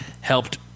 helped